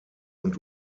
und